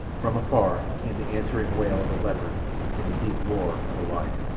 from afar came the answering wail of a leopard and the deep roar of a lion.